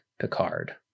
Picard